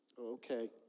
Okay